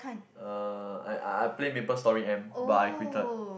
uh I I I play Maplestory M but I quitted